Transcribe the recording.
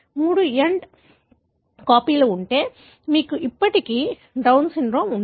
మూడు ఎండ్ కాపీలు ఉంటే మీకు ఇప్పటికీ డౌన్ సిండ్రోమ్ ఉంది